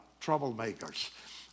troublemakers